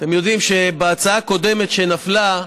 אתם יודעים שבהצעה הקודמת שנפלה,